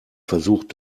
versucht